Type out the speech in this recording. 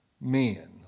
men